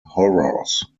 horrors